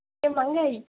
ஏ மங்கை